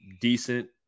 decent